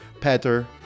Peter